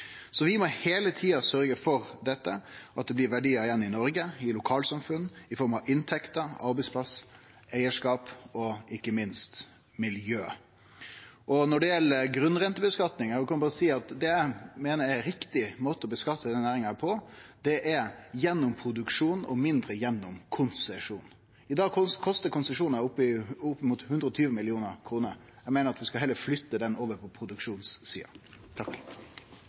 Vi må heile tida sørgje for at det blir verdiar igjen i Noreg, i lokalsamfunn, i form av inntekter, arbeidsplassar, eigarskap og ikkje minst miljø. Og når det gjeld grunnrenteskattlegginga, kan eg berre seie at det meiner eg er rett måte å skattlegge denne næringa på – gjennom produksjon og mindre gjennom konsesjon. I dag kostar konsesjonar opp mot 120 mill. kr. Eg meiner at vi heller skal flytte dei kronene over til produksjonssida. Takk